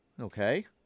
Okay